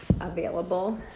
available